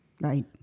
Right